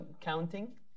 counting